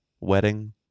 wedding